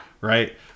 Right